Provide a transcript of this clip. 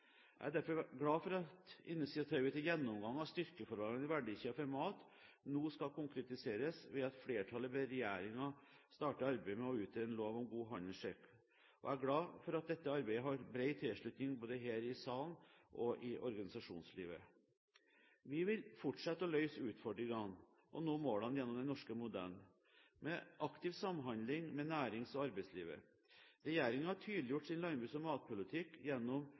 Jeg er derfor glad for at initiativet til gjennomgang av styrkeforholdene i verdikjeden for mat nå skal konkretiseres ved at flertallet ber regjeringen starte arbeidet med å utrede en lov om god handelsskikk. Og jeg er glad for at dette arbeidet har bred tilslutning både her i salen og i organisasjonslivet. Vi vil fortsette å løse utfordringene og nå målene gjennom den norske modellen med aktiv samhandling med nærings- og arbeidslivet. Regjeringen har tydeliggjort sin landbruks- og matpolitikk gjennom